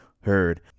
Heard